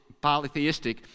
polytheistic